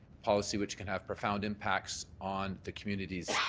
policy which can have profound impacts on the communities'